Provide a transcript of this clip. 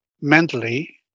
mentally